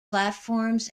platforms